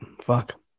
Fuck